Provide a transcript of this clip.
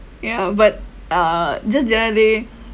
ya but uh just